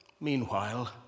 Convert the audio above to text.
Meanwhile